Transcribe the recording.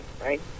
right